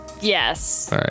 Yes